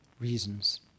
reasons